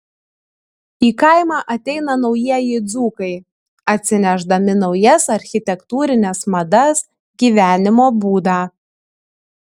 į kaimą ateina naujieji dzūkai atsinešdami naujas architektūrines madas gyvenimo būdą